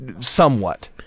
somewhat